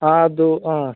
ಹಾಂ ಅದು ಹಾಂ